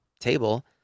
table